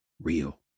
real